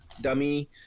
dummy